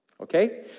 Okay